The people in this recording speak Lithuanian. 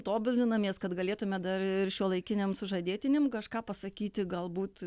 tobulinamės kad galėtume dar ir šiuolaikiniam sužadėtiniam kažką pasakyti galbūt